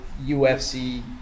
UFC